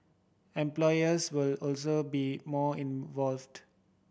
employers will also be more involved